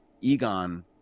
egon